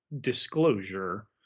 disclosure